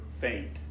faint